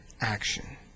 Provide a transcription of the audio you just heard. action